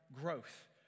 growth